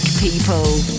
people